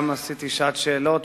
גם עשיתי שעת שאלות,